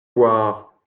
voir